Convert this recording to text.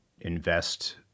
invest